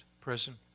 present